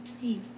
Please